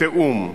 בתיאום.